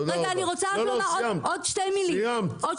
אני רוצה לומר עוד שתי מילים.